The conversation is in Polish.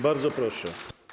Bardzo proszę.